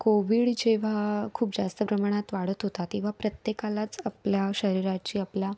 Covid जेव्हा खूप जास्त प्रमाणात वाढत होता तेव्हा प्रत्येकालाच आपल्या शरीराची आपल्या